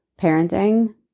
parenting